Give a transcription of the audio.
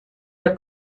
der